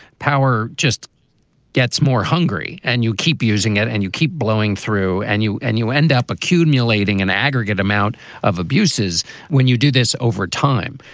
power just gets more hungry and you keep using it and you keep blowing through and you end you end up accumulating an aggregate amount of abuses when you do this over time.